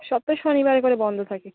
সপ্তাহে শনিবার করে বন্ধ থাকে